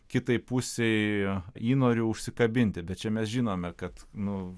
kitai pusei įnorių užsikabinti bet čia mes žinome kad nu